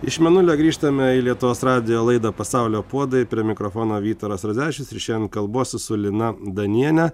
iš mėnulio grįžtame į lietuvos radijo laidą pasaulio puodai prie mikrofono vytaras radzevičius ir šiandien kalbuosi su lina daniene